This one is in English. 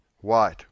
white